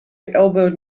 elbowed